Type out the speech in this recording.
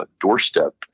doorstep